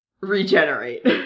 regenerate